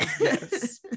yes